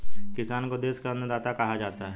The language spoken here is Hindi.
किसान को देश का अन्नदाता कहा जाता है